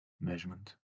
measurement